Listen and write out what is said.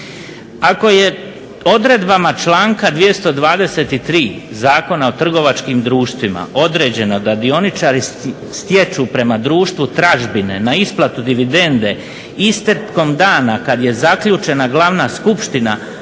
Ako je odredbama članka 223. Zakona o trgovačkim društvima određeno da dioničari stječu prema društvu tražbine na isplatu dividende istekom dana kada je zaključena glavna skupština,